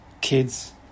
kids